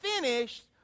finished